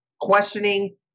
questioning